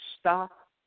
Stop